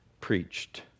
preached